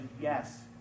yes